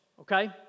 okay